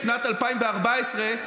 בשנת 2014,